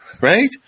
Right